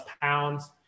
pounds